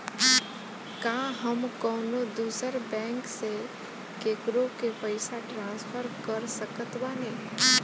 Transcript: का हम कउनों दूसर बैंक से केकरों के पइसा ट्रांसफर कर सकत बानी?